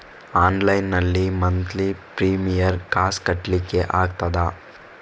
Online ನಲ್ಲಿ monthly premier ಕಾಸ್ ಕಟ್ಲಿಕ್ಕೆ ಆಗ್ತದಾ?